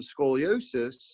scoliosis